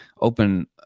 open